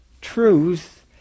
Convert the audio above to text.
truth